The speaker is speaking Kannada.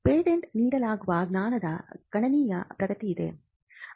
ಪೇಟೆಂಟ್ ನೀಡಲಾಗುವ ಜ್ಞಾನದ ಗಣನೀಯ ಪ್ರಗತಿಯಿದೆ